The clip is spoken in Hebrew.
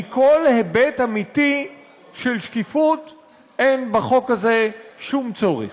מכל היבט אמיתי של שקיפות אין בחוק הזה שום צורך.